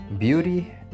BEAUTY